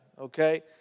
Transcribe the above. okay